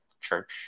church